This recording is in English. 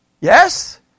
Yes